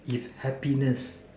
if happiness